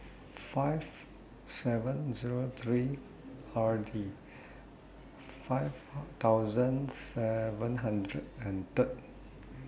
five seven Zero three R D five thousand seven hundred and Third